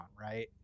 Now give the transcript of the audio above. right